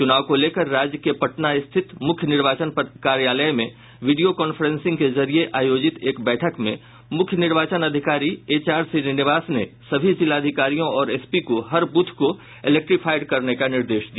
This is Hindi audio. चुनाव को लेकर राज्य के पटना स्थित मुख्य निर्वाचन कार्यालय में वीडियो कांफ्रेंसिंग के जरिये आयोजित एक बैठक में मुख्य निर्वाचन अधिकारी एच आर श्रीनिवास ने सभी जिलाधिकारियों और एसपी को हर बूथ को इलेक्ट्रिफाइड करने का निर्देश दिया